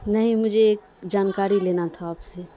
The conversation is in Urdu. نہیں مجھے ایک جانکاری لینا تھا آپ سے